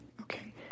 Okay